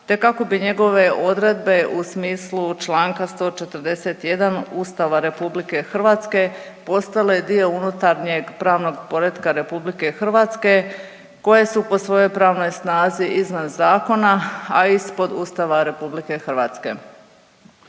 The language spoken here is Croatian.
te kako bi Njegove odredbe u smislu čl. 141 Ustava RH postale dio unutarnjeg pravnog poretka RH koje su po svojoj pravnoj snazi iznad zakona, a ispod Ustava RH.